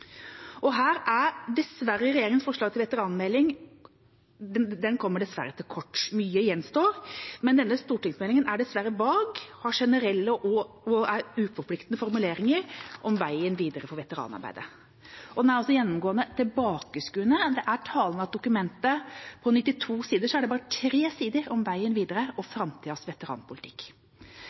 og det var også et helt nødvendig løft. Mye har blitt bedre siden 2009, men vi må innrømme at det også er mye som gjenstår. Her kommer dessverre regjeringas forslag til veteranmelding til kort – mye gjenstår. Denne stortingsmeldinga er dessverre vag, har generelle og uforpliktende formuleringer om veien videre for veteranarbeidet. Den er også gjennomgående tilbakeskuende. Det er talende at det i dokumentet på 92 sider er bare tre sider